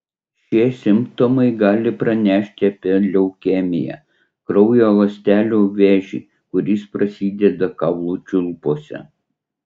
šie simptomai gali pranešti apie leukemiją kraujo ląstelių vėžį kuris prasideda kaulų čiulpuose